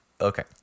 Okay